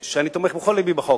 שאני תומך בכל לבי בחוק.